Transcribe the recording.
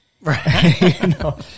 Right